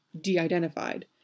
de-identified